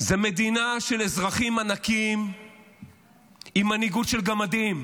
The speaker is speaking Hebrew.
זו מדינה של אזרחים ענקיים עם מנהיגות של גמדים.